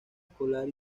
escolar